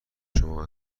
شما